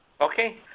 Okay